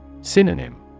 Synonym